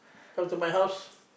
come to my house